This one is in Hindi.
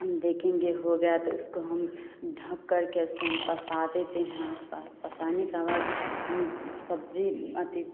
हम देखेंगे हो गया तो उसको हम ढक करके उसको हम पसा देते हैं हाथ पर पसाने का बाद हम सब्ज़ी अथी